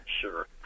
sure